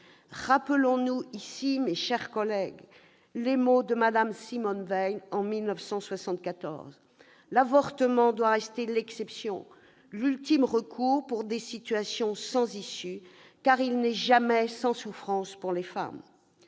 Rappelons-nous, mes chers collègues, les mots prononcés par Simone Veil en 1974 :« L'avortement doit rester l'exception, l'ultime recours pour des situations sans issues », car il n'est jamais sans souffrance pour les femmes.